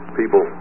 people